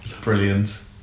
brilliant